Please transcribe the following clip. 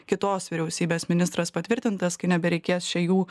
kitos vyriausybės ministras patvirtintas kai nebereikės čia jų